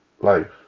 life